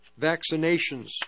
vaccinations